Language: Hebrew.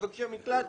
מבקשי מקלט,